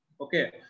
Okay